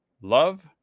Love